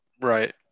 Right